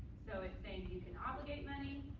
so it's saying you can obligate money,